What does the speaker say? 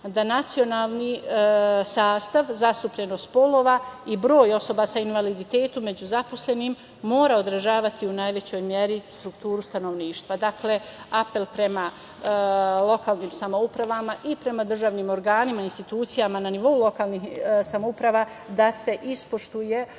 da nacionalni sastav, zastupljenost polova i broj osoba sa invaliditetom među zaposlenima mora održavati u najvećoj meri strukturu stanovništva. Dakle, apel prema lokalnim samoupravama i prema državnim organima, institucijama na nivou lokalnih samouprava da se ispoštuje